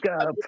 up